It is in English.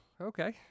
okay